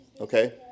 okay